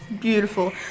beautiful